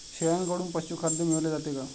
शेळ्यांकडून पशुखाद्य मिळवले जाते का?